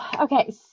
Okay